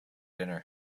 dinner